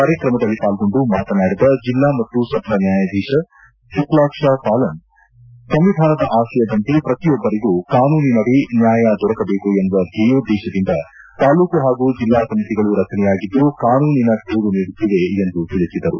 ಕಾರ್ಯಕ್ರಮದಲ್ಲಿ ಪಾಲ್ಗೊಂಡು ಮಾತನಾಡಿದ ಜಿಲ್ಲಾ ಮತ್ತು ಸತ್ರ ನ್ಯಾಯಾಧೀಶ ಶುಕ್ಷಾಕ್ಷ ಪಾಲನ್ ಸಂವಿಧಾನದ ಅಶಯದಂತೆ ಪ್ರತಿಯೊಬ್ಬರಿಗೂ ಕಾನೂನಿನಡಿಯಲ್ಲಿ ನ್ಯಾಯ ದೊರಕದೇಕು ಎನ್ನುವ ಧ್ಯೇಯೋದ್ದೇಶದಿಂದ ತಾಲೂಕು ಹಾಗೂ ಜಿಲ್ಲಾ ಸಮಿತಿಗಳು ರಚನೆಯಾಗಿದ್ದು ಕಾನೂನಿನ ಸೇವೆ ನೀಡುತ್ತಿವೆ ಎಂದು ತಿಳಿಸಿದರು